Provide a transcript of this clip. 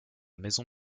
maison